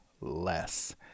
less